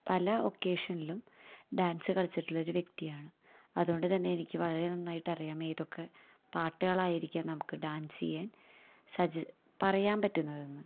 പല ഒക്കേഷനിലും ഡാന്സ് കളിച്ചിട്ടുള്ളൊരു വ്യക്തിയാണ് അതുകൊണ്ട് തന്നെ എനിക്ക് വളരേ നന്നായിട്ടറിയാം ഏതൊക്കെ പാട്ടുകളായിരിക്കാം നമുക്ക് ഡാന്സ് ചെയ്യാന് സജസ്റ്റ് പറയാൻ പറ്റുന്നതെന്ന്